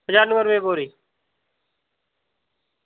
पचानुवैं रपे बोरी